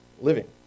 living